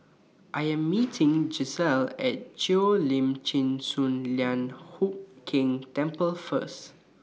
I Am meeting Gisselle At Cheo Lim Chin Sun Lian Hup Keng Temple First